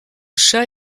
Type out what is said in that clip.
chat